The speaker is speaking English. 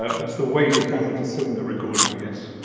ah that's the way to damage a cylinder recording i guess